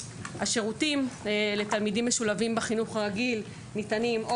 השירותים לתלמידים משולבים בחינוך הרגיל ניתנים או